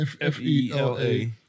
F-E-L-A